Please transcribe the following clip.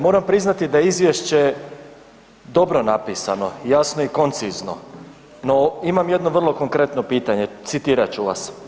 Moram priznati da je izvješće dobro napisano, jasno i koncizno, no imam jedno vrlo konkretno pitanje, citirat ću vas.